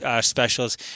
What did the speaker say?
specials